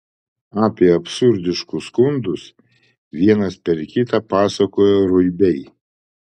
apie absurdiškus skundus vienas per kitą pasakojo ruibiai